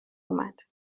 اومد